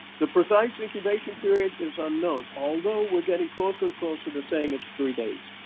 the precise incubation period is unknown, although we're getting closer and closer to saying it's three days.